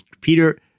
Peter